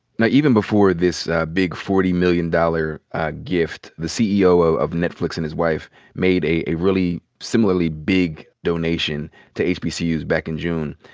now, even before this big forty million dollars gift, the ceo of netflix and his wife made a really similarly big donation to hbcus back in june.